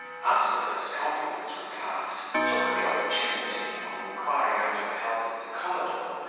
after the first compliments were passed, took the opportunity, on inquiring after the health of the commodore,